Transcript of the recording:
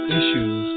issues